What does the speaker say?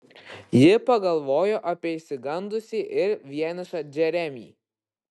ji pagalvojo apie išsigandusį ir vienišą džeremį